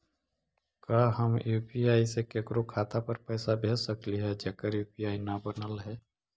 का हम यु.पी.आई से केकरो खाता पर पैसा भेज सकली हे जेकर यु.पी.आई न बनल है?